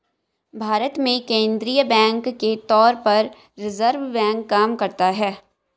भारत में केंद्रीय बैंक के तौर पर रिज़र्व बैंक काम करता है